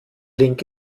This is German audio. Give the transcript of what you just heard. link